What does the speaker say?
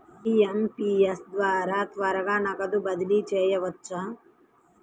IMPS ద్వారా త్వరగా నగదు బదిలీ చేయవచ్చునా?